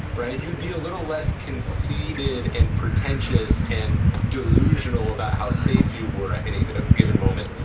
right. you'll be a little less conceded and pretentious and delusional about how safe you were in a given moment.